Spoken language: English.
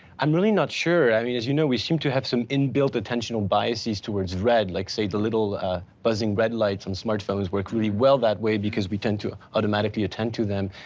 i'm really not sure. i mean, as you know, we seem to have some inbuilt attentional biases towards red like say the little buzzing red lights on smartphones works really well that way because we tend to automatically attend to them.